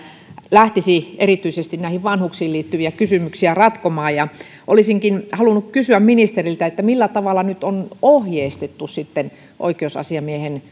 lähtisi erityisesti vanhuksiin liittyviä kysymyksiä ratkomaan olisinkin halunnut kysyä ministeriltä millä tavalla nyt on ohjeistettu sitten oikeusasiamiehen